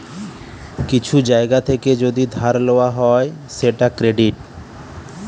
কিছু জায়গা থেকে যদি ধার লওয়া হয় সেটা ক্রেডিট